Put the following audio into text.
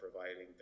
providing